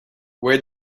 where